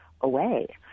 away